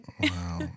Wow